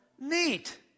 Neat